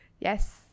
Yes